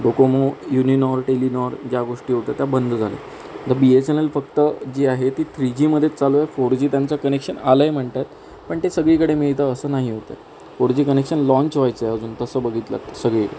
Docomo Uninor Telenor ज्या गोष्टी होत्या त्या बंद झाल्या मग बी एस एन एल फक्त जी आहे ती थ्री जीमदेच चालूए फोर जी त्यांचं कनेक्शन आलं आहे म्हणतात पण ते सगळीकडे मिळतं असं नाही होत आहे फोर जी कनेक्शन लॉन्च व्हायचं आहे अजून तसं बघितलं तर सगळी